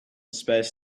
space